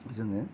जोङो